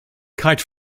kite